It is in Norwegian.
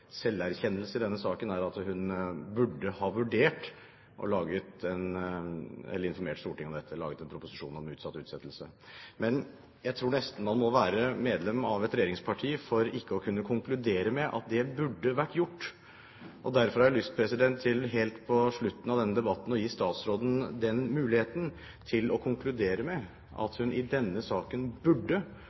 selverkjennelse i denne saken er at hun burde ha vurdert å informere Stortinget om dette og laget en proposisjon om utsatt iverksettelse. Jeg tror nesten man må være medlem av et regjeringsparti for ikke å kunne konkludere med at det burde vært gjort. Derfor har jeg lyst til, helt på slutten av denne debatten, å gi statsråden mulighet til å konkludere med at hun i denne saken burde